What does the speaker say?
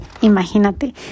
Imagínate